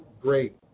great